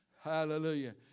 Hallelujah